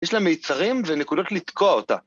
‫יש לה מייצרים ונקודות לתקוע אותה.